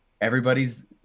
Everybody's